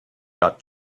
got